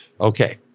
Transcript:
Okay